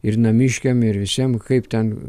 ir namiškiam ir visiem kaip ten